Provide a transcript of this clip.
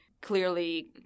clearly